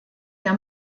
der